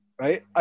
right